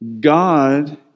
God